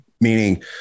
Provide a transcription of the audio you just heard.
Meaning